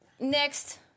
Next